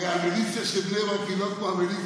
כי המיליציה של בני ברק היא לא כמו המיליציה,